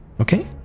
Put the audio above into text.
Okay